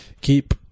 Keep